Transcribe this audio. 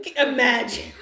imagine